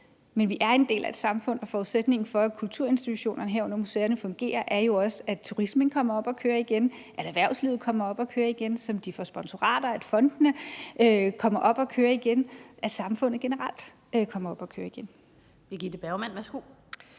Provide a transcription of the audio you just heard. men vi er en del af et samfund, og forudsætningen for, at kulturinstitutionerne, herunder museerne, fungerer, er jo også, at turismen kommer op at køre igen, at erhvervslivet, som de får sponsorater af, kommer op at køre igen, at fondene kommer op at køre igen, og at samfundet generelt kommer op at køre igen. Kl. 17:29 Den fg.